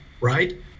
right